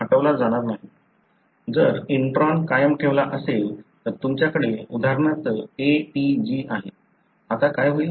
आता जर इंट्रॉन कायम ठेवला असेल तर तुमच्याकडे उदाहरणार्थ ATG आहे आता काय होईल